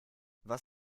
was